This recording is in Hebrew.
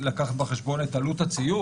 לקחת בחשבון את עלות הציות.